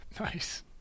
Nice